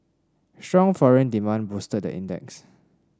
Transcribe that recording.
strong foreign demand boosted the index